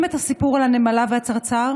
אבל עם המטרו, השקר שזה עובר